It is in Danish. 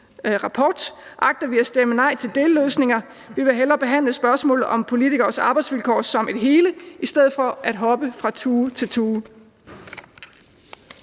agter vi at stemme nej til delløsninger. Vi vil hellere behandle spørgsmålet om politikeres arbejdsvilkår som et hele i stedet for at hoppe fra tue til tue.